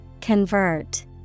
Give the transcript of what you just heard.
Convert